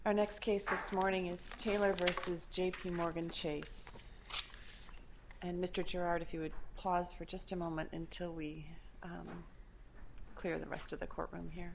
our next case this morning is taylor versus j p morgan chase and mr gerard if you would pause for just a moment until we clear the rest of the court room here